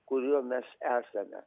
kuriuo mes esame